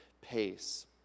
pace